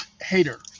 hater